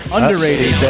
Underrated